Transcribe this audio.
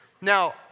Now